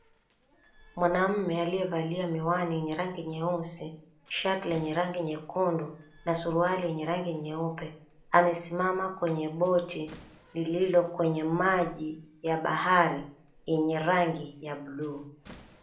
Mwanamume aliyevalia miwani yenye rangi nyeusi, shati lenye rangi nyekundu na suruali yenye rangi nyeupe, amesimama kwenye boti lililo kwenye maji ya bahari yenye rangi ya buluu.